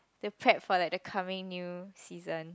the prep for like the coming new season